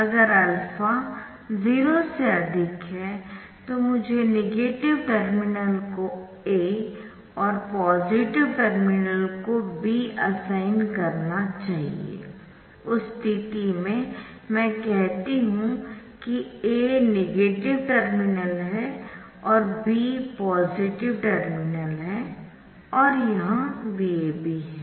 अगर α 0 से अधिक है तो मुझे नेगेटिव टर्मिनल को A और पॉजिटिव टर्मिनल को B असाइन करना चाहिए उस स्थिति में मैं कहती हूं कि A नेगेटिव टर्मिनल है और B पॉजिटिव टर्मिनल है और यह VAB है